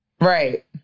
Right